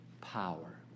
power